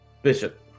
Bishop